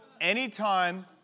anytime